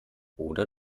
oder